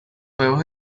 juegos